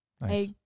Nice